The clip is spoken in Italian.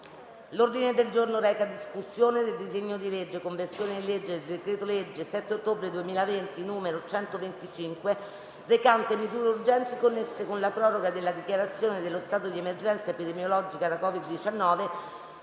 Il Senato, in sede di esame del disegno di legge di conversione in legge del decreto-legge 7 ottobre 2020, n. 125, recante "Misure urgenti connesse con la proroga della dichiarazione dello stato di emergenza epidemiologica da COVID-19